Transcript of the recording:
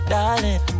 Darling